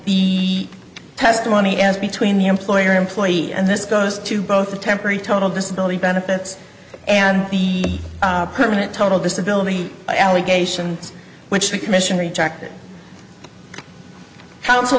the testimony as between the employer employee and this goes to both the temporary total disability benefits and the permanent total disability allegations which the commission rejected counsel